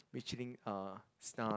Michelin uh Star